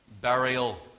burial